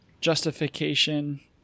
justification